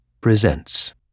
presents